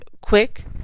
quick